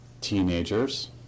Teenagers